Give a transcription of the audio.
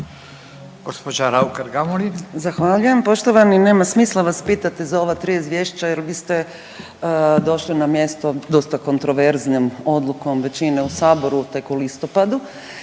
Gospođa RAukar Gamulin.